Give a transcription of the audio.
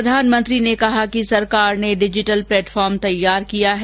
प्रधानमंत्री ने कहा कि सरकार ने डिजिटल प्लेटफॉर्म तैयार किया है